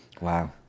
wow